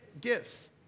gifts